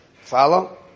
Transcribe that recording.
Follow